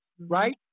right